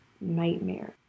nightmare